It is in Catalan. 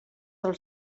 del